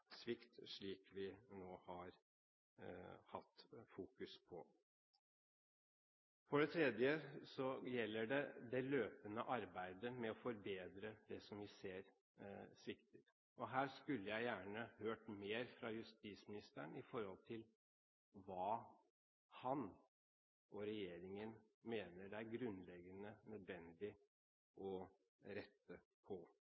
slik vi nå har fokusert på. For det andre gjelder det det løpende arbeidet med å forbedre det som vi ser svikter. Her skulle jeg gjerne hørt mer fra justisministeren om hva han og regjeringen mener det er grunnleggende nødvendig å rette på.